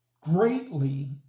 greatly